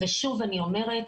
ושוב אני אומרת,